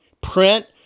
print